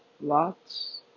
Lots